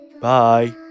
Bye